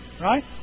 Right